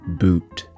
boot